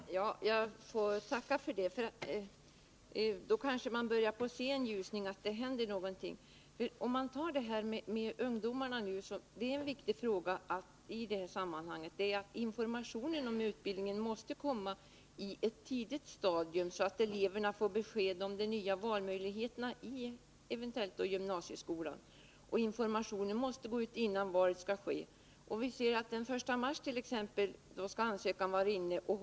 Herr talman! Jag får tacka för det uttalandet. Då kanske man kan börja se Om sociala fören ljusning — det börjar hända någonting. En viktig fråga i det här sammanhanget är att informationen till ungdomarna om denna utbildning måste ges på ett tidigt stadium, så att eleverna får besked om de nya valmöjligheterna i gymnasieskolan. Informationen måste komma ut innan valet skall göras, och den 1 mars skall ansökan vara inlämnad.